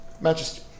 Majesty